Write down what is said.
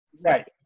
Right